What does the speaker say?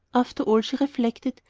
after all, she reflected,